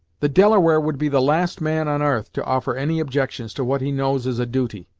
the delaware would be the last man on arth to offer any objections to what he knows is a duty,